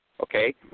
okay